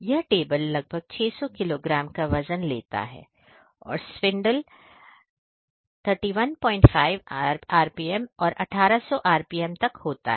यह टेबल लगभग 600 किलोग्राम का वजन ले सकता है और स्पिंडल RMP 315 RMP से 1800 RMP तक होता है